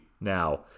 now